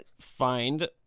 find